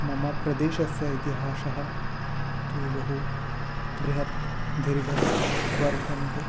मम प्रदेशस्य इतिहासः तु बहु बृहत् दीर्घः च वर्तन्ते